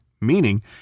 meaning